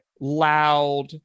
loud